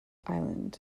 island